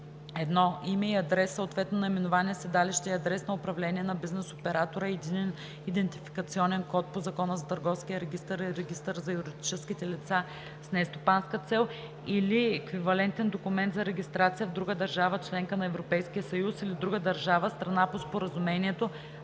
1. име и адрес, съответно наименование, седалище и адрес на управление на бизнес оператора и единен идентификационен код по Закона за търговския регистър и регистъра на юридическите лица с нестопанска цел или еквивалентен документ за регистрация в друга държава – членка на Европейския съюз, или друга държава – страна по Споразумението